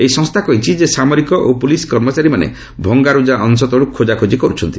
ଏହି ସଂସ୍ଥା କହିଛି ଯେ ସାମରିକ ଓ ପ୍ରଲିସ୍ କର୍ମଚାରୀମାନେ ଭଙ୍ଗାର୍ଜା ଅଶ ତଳୁ ଖୋଜାଖୋଜି କରୁଛନ୍ତି